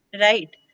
Right